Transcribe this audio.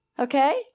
Okay